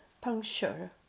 puncture